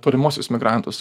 tolimuosius migrantus